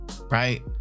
right